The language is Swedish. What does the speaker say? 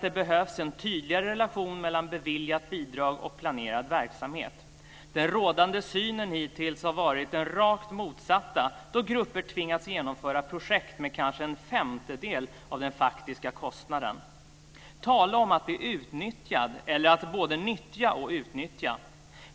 Det behövs en tydligare relation mellan beviljat bidrag och planerad verksamhet. Den hittills rådande synen har varit den rakt motsatta, då grupper tvingats genomföra projekt med kanske en femtedel av den faktiska kostnaden. Tala om att bli utnyttjad eller både nyttja och utnyttja!